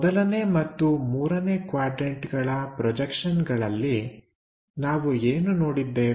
ಮೊದಲನೇ ಮತ್ತು ಮೂರನೇ ಕ್ವಾಡ್ರನ್ಟಗಳ ಪ್ರೊಜೆಕ್ಷನ್ಗಳಲ್ಲಿನಾವು ಏನು ನೋಡಿದ್ದೇವೆ